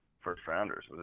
first-rounders